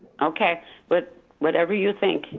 okay but whatever you think.